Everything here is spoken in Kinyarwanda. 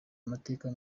amateka